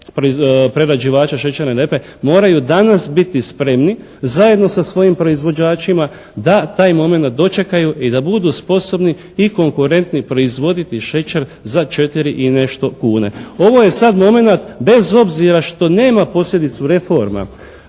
prerađivača šećerne repe moraju danas biti spremni zajedno sa svojim proizvođačima da taj momenat dočekaju i da budu sposobni i konkurentni proizvoditi šećer za 4 i nešto kune. Ovo je sad momenat bez obzira što nema posljedicu reforma